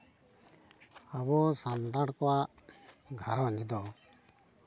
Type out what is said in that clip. ᱟᱵᱚ ᱥᱟᱱᱛᱟᱲ ᱠᱚᱣᱟᱜ ᱜᱷᱟᱨᱚᱧᱡᱽ ᱫᱚ